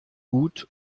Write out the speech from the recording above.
gut